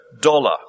Dollar